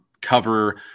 cover